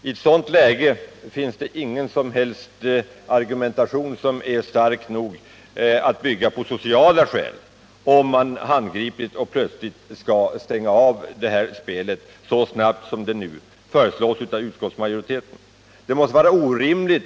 I ett sådant läge finns det ingen argumentation, byggd på sociala skäl, som är stark nog för att man skall stänga av automatspelet så snabbt som utskottsmajoriteten nu föreslår.